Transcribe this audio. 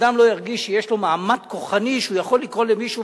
שבן-אדם לא ירגיש שיש לו מעמד כוחני שהוא יכול לקרוא למישהו,